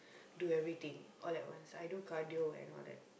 do everything all at once I do cardio and all that